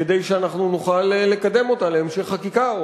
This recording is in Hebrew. כדי שאנחנו נוכל לקדם אותה להמשך חקיקה,